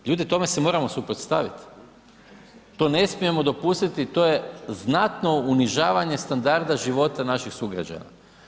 Ljudi, tome se moramo suprotstavit, to ne smijemo dopustiti, to je znatno unižavanje standarda života naših sugrađana.